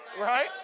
Right